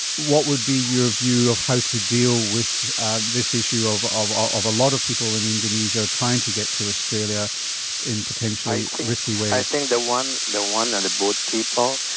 what would be your view of how to deal with this issue of of a lot of people in indonesia trying to get to australia in potentially risky ways? i think the one the one on the boat people,